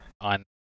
on